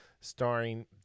starring